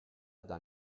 dans